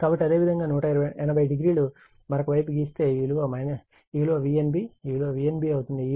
కాబట్టి అదేవిధంగా 180o లు మరొక వైపు గీస్తే ఈ విలువ Vnb ఈ విలువ Vnb అవుతుంది